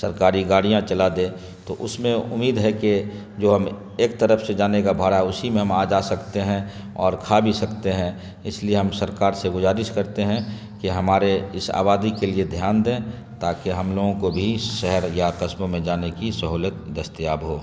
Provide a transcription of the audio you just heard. سرکاری گاڑیاں چلا دیں تو اس میں امید ہے کہ جو ہم ایک طرف سے جانے کا بھاڑا ہے اسی میں ہم آ جا سکتے ہیں اور کھا بھی سکتے ہیں اس لیے ہم سرکار سے گزارش کرتے ہیں کہ ہمارے اس آبادی کے لیے دھیان دیں تاکہ ہم لوگوں کو بھی شہر یا قصبوں میں جانے کی سہولت دستیاب ہو